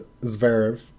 Zverev